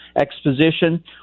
Exposition